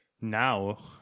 Now